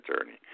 attorney